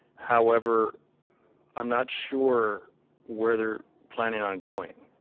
however i'm not sure where they're planning on going,